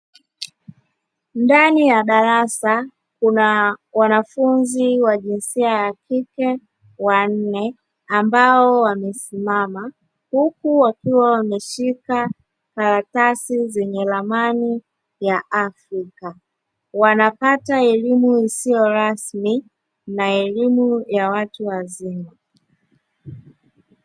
Ndani ya darasa kuna wanafunzi wa jinsia ya kike wanne ambao wamesimama huku wakiwa wameshika karatasi zenye ramani ya afrika, wanapata elimu isiyo rasmi na elimu ya watu wazima.